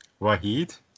Wahid